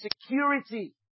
security